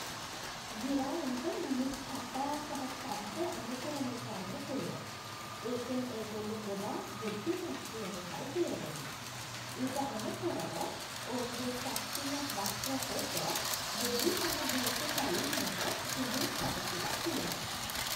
ගිරවුන්ට මිනිස් කතා සහ ශබ්ද අනුකරණය කරන්න පුළුවන්. ඒකෙන් ඒගොල්ලෝ ගොඩාක් බුද්ධිමත් කියන එකයි තේරෙන්නේ. ඊට අමතරව ඔවුන්ගේ ශක්තිමත් වක්‍ර හොට ගෙඩි සහ බීජ පැලීමට හොඳින් සැකසිලා තියෙනවා.